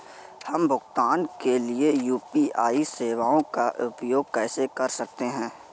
हम भुगतान के लिए यू.पी.आई सेवाओं का उपयोग कैसे कर सकते हैं?